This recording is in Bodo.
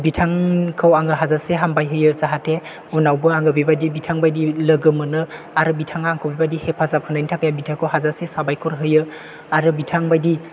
बिथांखौ आङो हाजासे हामबाय होयो जाहाथे उनावबो आङो बेबायदि बिथां बायदि लोगो मोनो आरो बिथाङा आंखौ बेबायदि हेफाजाब होनायनि थाखाय बिथांखौ हाजासे साबायखर होयो आरो बिथां बायदि